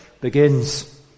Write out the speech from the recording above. Begins